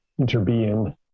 interbeing